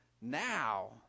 now